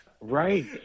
right